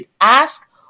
ask